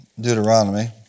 Deuteronomy